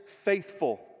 faithful